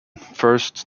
first